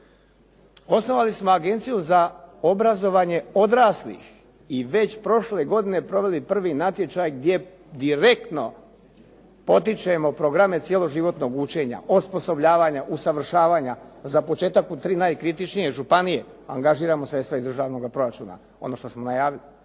Osnovali smo Agenciju za obrazovanje odraslih i već prošle godine proveli prvi natječaj gdje direktno potičemo programe cjeloživotnog učenja, osposobljavanja, usavršavanja a za početak u tri najkritičnije županije angažiramo sredstva iz državnoga proračuna ono što smo najavili